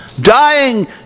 Dying